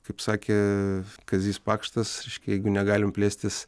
kaip sakė kazys pakštas reiškia jeigu negalim plėstis